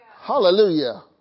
Hallelujah